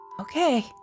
Okay